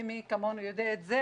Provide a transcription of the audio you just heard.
ומי כמונו יודע את זה,